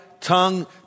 tongue